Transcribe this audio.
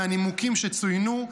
מהנימוקים שצוינו,